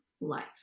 life